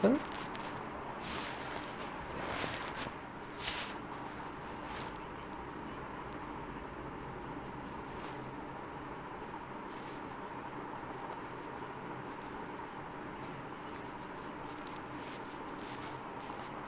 happen